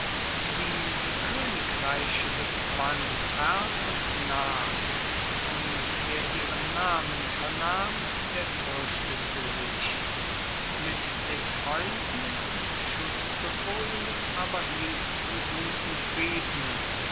die die königreiche bezwang fern und nah und wer ihren namen vernahm der fürchtete sich mit den freunden und schutzbefohlenen aber hielt sie guten frieden